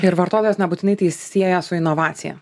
ir vartotojas nebūtinai tai sieja su inovacija